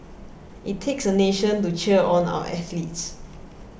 it takes a nation to cheer on our athletes